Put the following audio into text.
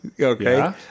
Okay